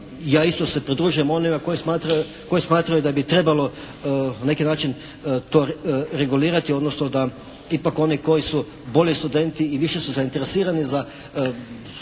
Ja isto se pridružujem onima koji smatraju da bi trebalo na neki način to regulirati odnosno da ipak oni koji su bolji studenti i više su zainteresirani za